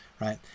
right